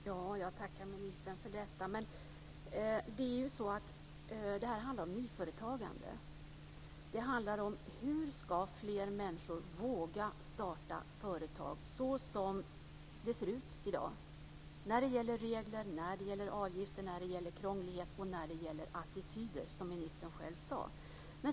Herr talman! Jag tackar ministern för detta. Det här handlar om nyföretagande. Det handlar om hur fler människor ska våga starta företag med tanke på hur det ser ut i dag när det gäller regler, när det gäller avgifter, när det gäller krånglighet och när det gäller attityder, som ministern själv sade.